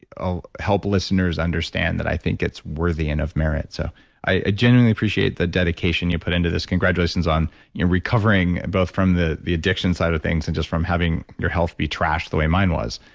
ah help listeners understand that i think it's worthy and of merit. so i genuinely appreciate the dedication you put into this. congratulations on recovering both from the the addiction side of things and just from having your health be trashed the way mind was.